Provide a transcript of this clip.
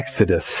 exodus